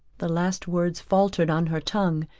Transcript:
the last words faultered on her tongue,